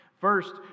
First